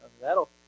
that'll